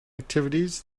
activities